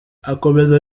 akomeza